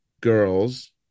girls